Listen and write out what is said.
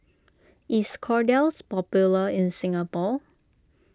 is Kordel's popular in Singapore